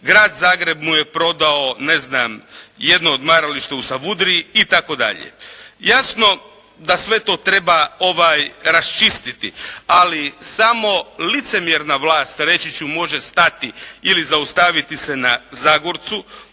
Grad Zagreb mu je prodao jedno odmaralište u Savudriji itd. Jasno da sve to treba raščistiti, ali samo licemjerna vlast, reći ću može stati ili zaustaviti se na Zagorcu,